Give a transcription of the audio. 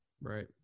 Right